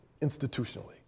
institutionally